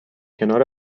کنار